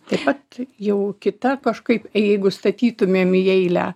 taip pat jau kita kažkaip jeigu statytumėm į eilę